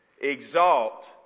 exalt